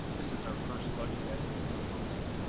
this is our first budget as this new council.